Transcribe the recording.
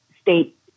State